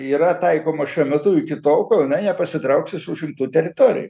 yra taikomos šiuo metu iki tol kol jinai nepasitrauks iš užimtų teritorijų